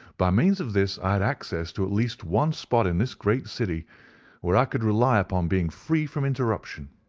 by means of this i had access to at least one spot in this great city where i could rely upon being free from interruption.